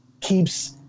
keeps